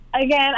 again